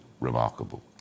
Remarkable